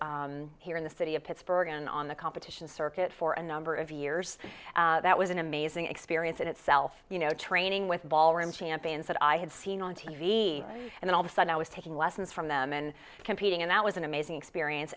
here in the city of pittsburgh and on the competition circuit for a number of years that was an amazing experience in itself you know training with ballroom champions that i had seen on t v and all the sudden i was taking lessons from them and competing and that was an amazing experience